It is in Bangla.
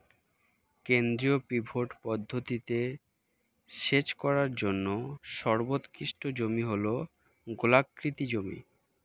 কেন্দ্রীয় পিভট পদ্ধতিতে সেচ করার জন্য সর্বোৎকৃষ্ট জমি হল গোলাকৃতি জমি